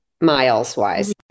miles-wise